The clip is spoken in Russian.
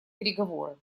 переговоры